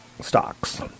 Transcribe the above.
stocks